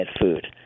food